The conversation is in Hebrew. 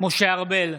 משה ארבל,